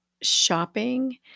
shopping